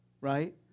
right